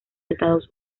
estados